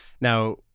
Now